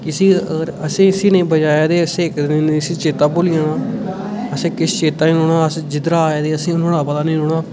इसी असें इसी नेईं बचाया ते इसी चेता भुली जाना असें ई किश चेता निं रौंह्ना अस जिद्धरां आए दे नुआढ़ा पता निं रौंह्ना